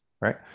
right